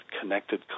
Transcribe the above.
connected